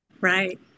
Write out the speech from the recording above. Right